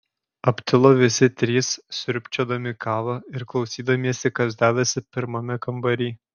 aptilo visi trys sriubčiodami kavą ir klausydamiesi kas dedasi pirmame kambary